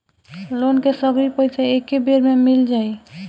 Loan के सगरी पइसा एके बेर में मिल जाई?